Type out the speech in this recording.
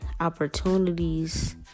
opportunities